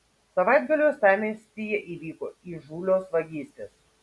savaitgalį uostamiestyje įvyko įžūlios vagystės